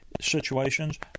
situations